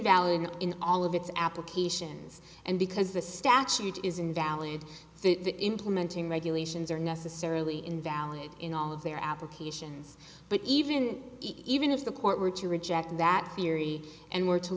invalid in all of its applications and because the statute is invalid the implementing regulations are necessarily invalid in all of their applications but even even if the court were to reject that theory and we're to